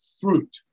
fruit